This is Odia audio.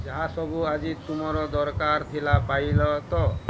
ଯାହା ସବୁ ଆଜି ତୁମର ଦରକାର ଥିଲା ପାଇଲ ତ